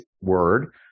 word